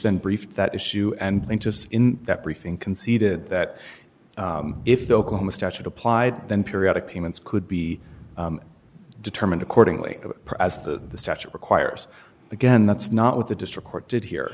then brief that issue and just in that briefing conceded that if the oklahoma statute applied then periodic payments could be determined accordingly as the statute requires again that's not what the district court did here